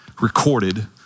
recorded